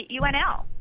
UNL